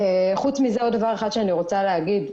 דבר נוסף,